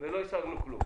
ולא השגנו כלום.